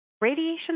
Radiation